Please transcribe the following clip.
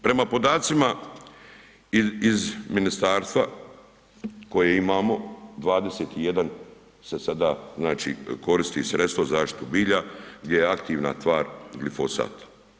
Prema podacima iz ministarstva koje imamo, 21 se sada, znači koristi sredstvo za zaštitu bilja gdje je aktivna tvar glifosat.